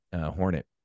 Hornet